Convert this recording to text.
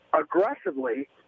aggressively